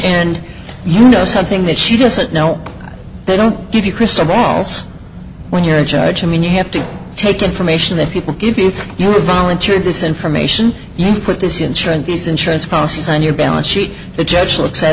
and you know something that she doesn't know they don't give you crystal balls when you're a judge i mean you have to take information that people give you your volunteer this information you put this insurance these insurance policies on your balance sheet the judge looks at